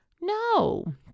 No